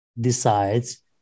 decides